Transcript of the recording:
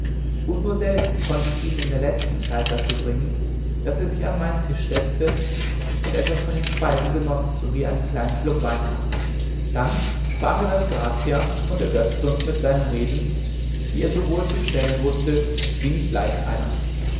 und nur selten konnte ich ihn in der letzten zeit dahin bringen daß er sich an meinen tisch setzte und etwas von den speisen genoß sowie einen kleinen schluck wein trank dann sprach er das gratias und ergötzte uns mit seinen reden die er so wohl zu stellen wußte wie nicht leicht einer